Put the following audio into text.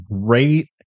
great